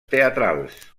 teatrals